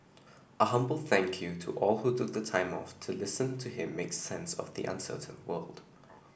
a humble thank you to all who took time off to listen to him make sense of the uncertain world